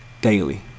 daily